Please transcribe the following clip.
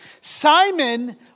Simon